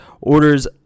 orders